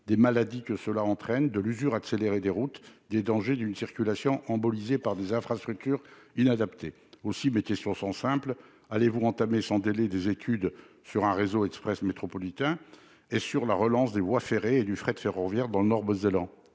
des maladies que cela entraîne, de l'usure accélérée des routes, des dangers d'une circulation embolisée par des infrastructures inadaptées. Allez-vous entamer sans délai des études sur un réseau express métropolitain et sur la relance de voies ferrées et du fret ferroviaire dans le nord mosellan ?